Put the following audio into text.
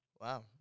Wow